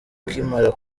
akimara